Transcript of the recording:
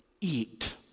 eat